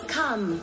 come